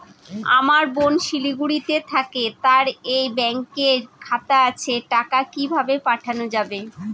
আমার বোন শিলিগুড়িতে থাকে তার এই ব্যঙকের খাতা আছে টাকা কি ভাবে পাঠানো যাবে?